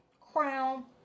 crown